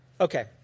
Okay